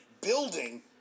building